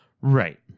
Right